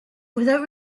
without